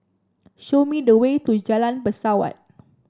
show me the way to Jalan Pesawat